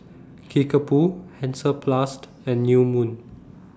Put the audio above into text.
Kickapoo Hansaplast and New Moon